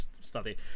study